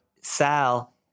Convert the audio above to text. Sal